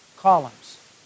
Columns